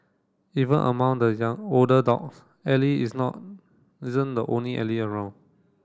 even among the older dogs Ally is not isn't the only Ally around